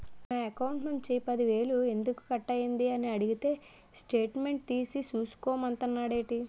నా అకౌంట్ నుంచి పది వేలు ఎందుకు కట్ అయ్యింది అని అడిగితే స్టేట్మెంట్ తీసే చూసుకో మంతండేటి